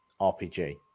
RPG